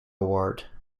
award